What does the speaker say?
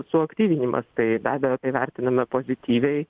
suaktyvinimas tai be abejo tai vertiname pozityviai